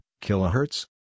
Kilohertz